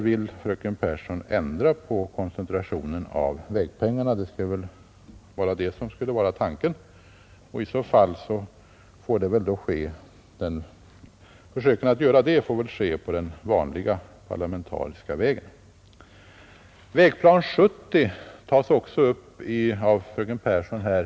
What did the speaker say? Om fröken Pehrsson vill ändra på koncentrationen av vägpengarna — det var väl tanken — så får väl försöken att göra det ske på den vanliga parlamentariska vägen. Vägplan 70 togs också upp av fröken Pehrsson här.